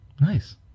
nice